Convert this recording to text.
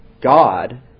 God